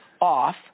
off